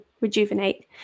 rejuvenate